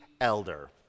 elder